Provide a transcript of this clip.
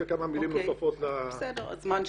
הזמן שלך,